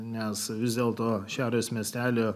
nes vis dėlto šiaurės miestelio